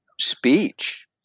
speech